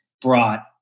brought